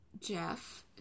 Jeff